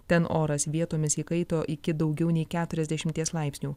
ten oras vietomis įkaito iki daugiau nei keturiasdešimies laipsnių